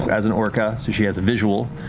as an orca, so she has a visual,